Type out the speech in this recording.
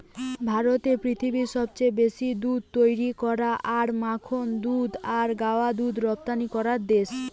ভারত পৃথিবীর সবচেয়ে বেশি দুধ তৈরী করা আর মাখন দুধ আর গুঁড়া দুধ রপ্তানি করা দেশ